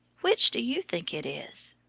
which do you think it is?